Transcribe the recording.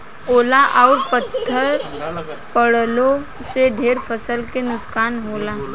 ओला अउर पत्थर पड़लो से ढेर फसल के नुकसान होला